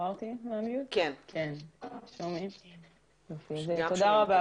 תודה רבה.